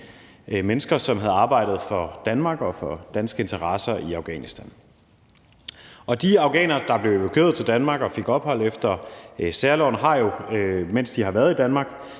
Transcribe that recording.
mennesker, som havde arbejdet for Danmark og for danske interesser i Afghanistan. Og de afghanere, der blev evakueret til Danmark og fik ophold efter særloven, har jo, mens de har været i Danmark,